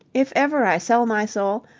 if ever i sell my soul,